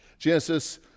Genesis